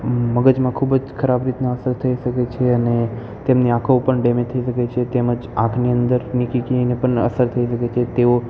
મગજમાં ખૂબ જ ખરાબ રીતના અસર થઈ શકે છે અને તેમની આંખો પણ ડેમેજ થઈ શકે છે તેમજ આંખની અંદરની કીકીને પણ અસર થઈ શકે છે તેઓ